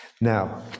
now